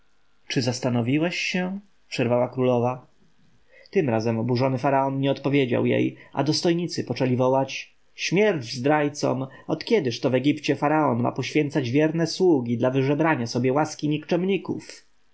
zastanowiłeś się przerwała królowa tym razem oburzony faraon nie odpowiedział jej a dostojnicy poczęli wołać śmierć zdrajcom od kiedyż to w egipcie faraon ma poświęcać wierne sługi dla wyżebrania sobie łaski